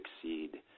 succeed